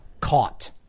caught